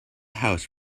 house